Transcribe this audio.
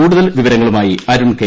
കൂടുതൽ വിവരങ്ങളുമായി അരുൺ കെ